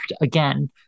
again